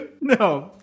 No